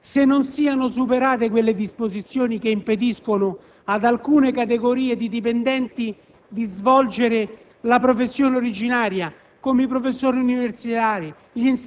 se non siano superate quelle disposizioni che impediscono ad alcune categorie di dipendenti di svolgere la professione originaria,